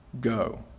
Go